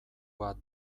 bat